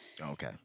Okay